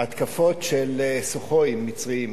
התקפות של "סוחויים" מצריים.